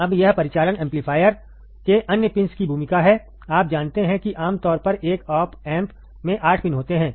अब यह परिचालन एम्पलीफायर के अन्य पिंस की भूमिका है आप जानते हैं कि आमतौर पर एक ऑप एम्प में 8 पिन होते हैं